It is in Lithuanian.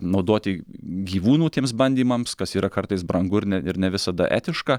naudoti gyvūnų tiems bandymams kas yra kartais brangu ir ne ir ne visada etiška